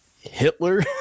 hitler